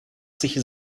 sich